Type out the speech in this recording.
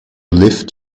lived